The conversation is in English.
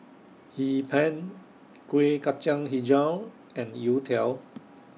Hee Pan Kuih Kacang Hijau and Youtiao